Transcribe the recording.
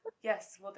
Yes